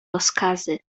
rozkazy